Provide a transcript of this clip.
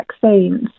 vaccines